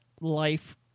life